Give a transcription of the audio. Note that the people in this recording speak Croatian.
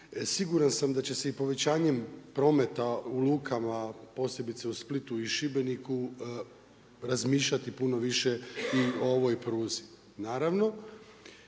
Siguran sam da će se i povećanjem prometa u lukama, posebice u Splitu i Šibeniku razmišljati puno više i o ovoj pruzi.